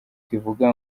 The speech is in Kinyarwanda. kivuga